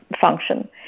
function